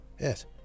yes